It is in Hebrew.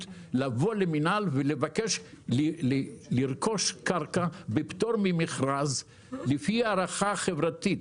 לבוא למינהל ולבקש לרכוש קרקע בפטור ממכרז לפי הערכה חברתית.